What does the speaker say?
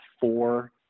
four